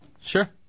Sure